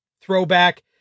throwback